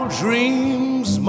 dreams